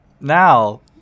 now